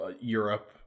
Europe